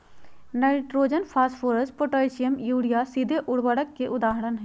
nitrogen, phosphorus, potassium, urea सीधे उर्वरक के उदाहरण हई